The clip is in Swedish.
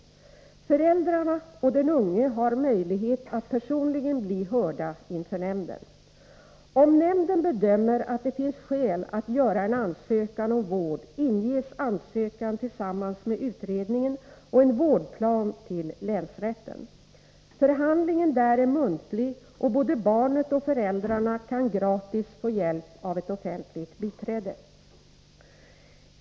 Föräldrarna och den unge har möjlighet att personligen bli hörda inför nämnden. Om nämnden bedömer att det finns skäl att göra en ansökan om vård inges ansökan tillsammans med utredningen och en vårdplan till länsrätten. Förhandlingen där är muntlig, och både barnet och föräldrarna kan gratis få hjälp av ett offentligt biträde.